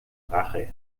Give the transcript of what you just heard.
rache